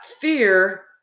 fear